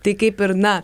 tai kaip ir na